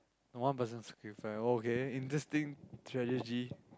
one person sacrifice okay interesting strategy